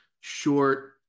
short